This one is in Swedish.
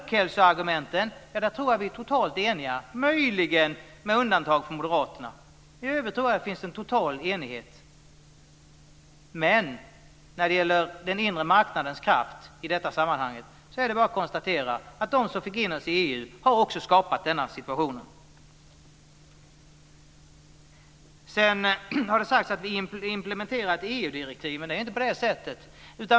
Jag tror att vi är totalt eniga om folkhälsoargumenten, möjligen med undantag för Moderaterna. I övrigt tror jag att det finns en total enighet. Men när det gäller den inre marknadens kraft i detta sammanhang är det bara att konstatera att de som fick in oss i EU också har skapat denna situation. Sedan har det sagts att vi implementerar EU direktiv, men det är inte så.